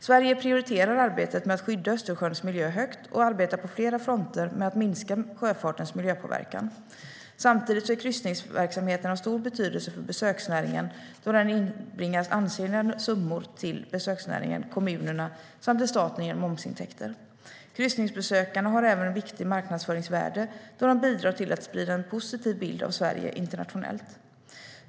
Sverige prioriterar arbetet med att skydda Östersjöns miljö högt och arbetar på flera fronter med att minimera sjöfartens miljöpåverkan. Samtidigt är kryssningsverksamheten av stor betydelse för besöksnäringen då den inbringar ansenliga summor till besöksnäringen, till kommunerna samt till staten genom momsintäkter. Kryssningsbesökarna har även ett viktigt marknadsföringsvärde då de bidrar till att sprida en positiv bild av Sverige internationellt.